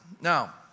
Now